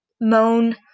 moan